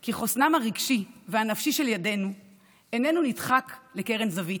כי חוסנם הרגשי והנפשי של ילדינו אינו נדחק לקרן זווית,